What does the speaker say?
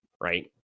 Right